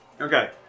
Okay